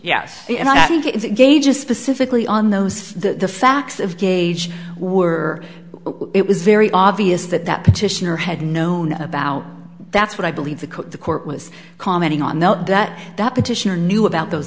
gauge just specifically on those the facts of gauge were it was very obvious that that petitioner had known about that's what i believe that the court was commenting on that that that petitioner knew about those